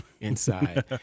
inside